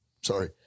Sorry